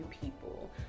People